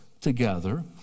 together